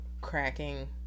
cracking